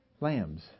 lambs